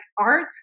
art